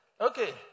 Okay